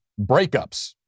breakups